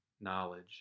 knowledge